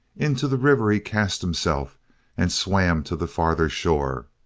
into the river he cast himself and swam to the farther shore.